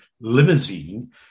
limousine